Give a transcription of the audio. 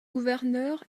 gouverneur